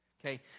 Okay